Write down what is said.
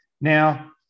Now